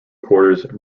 quarters